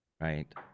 right